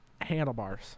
Handlebars